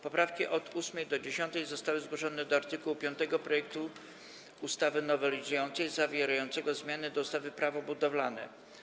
Poprawki od 8. do 10. zostały zgłoszone do art. 5 projektu ustawy nowelizującej zawierającego zmiany do ustawy Prawo budowlane.